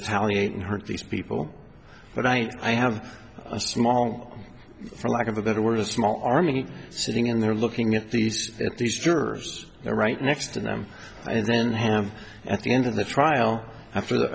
retaliate and hurt these people but i i have a small for lack of a better word a small army sitting in there looking at these these jurors are right next to them and then have at the end of the trial after the